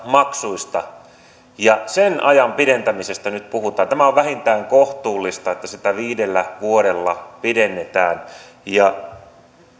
maksuista sen ajan pidentämisestä nyt puhutaan tämä on vähintään kohtuullista että sitä viidellä vuodella pidennetään ja